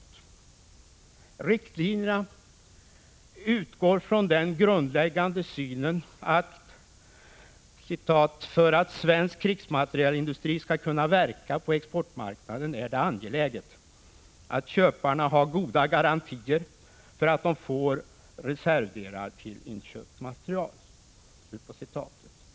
Riktlinjerna utgår från den grundläggande synen att ”för att svensk krigsmaterielindustri skall kunna verka på exportmarknaden är det angeläget att köparna har goda garantier för att de får reservdelar till inköpt materiel”.